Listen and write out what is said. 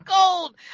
gold